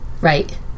Right